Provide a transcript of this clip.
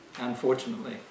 unfortunately